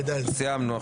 סיימנו.